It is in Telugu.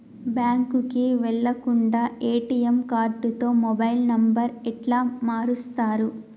బ్యాంకుకి వెళ్లకుండా ఎ.టి.ఎమ్ కార్డుతో మొబైల్ నంబర్ ఎట్ల మారుస్తరు?